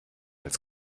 als